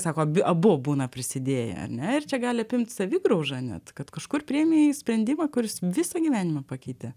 sako abu būna prisidėję ar ne ir čia gali apimt savigrauža net kad kažkur priėmei sprendimą kuris visą gyvenimą pakeitė